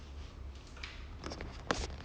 he wouldn't have studied much I tink